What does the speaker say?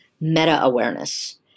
meta-awareness